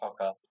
Podcast